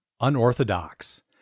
unorthodox